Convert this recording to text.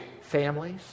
families